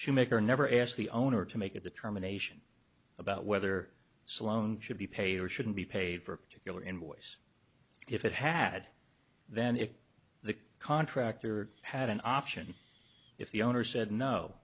shoemaker never asked the owner to make a determination about whether sloan should be paid or shouldn't be paid for a particular invoice if it had then if the contractor had an option if the owner said no